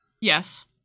Yes